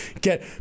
get